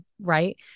right